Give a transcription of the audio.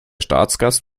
staatsgast